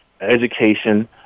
education